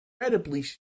incredibly